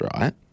right